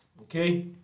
okay